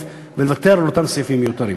ולוותר על אותם סעיפים מיותרים.